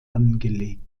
angelegt